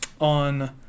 On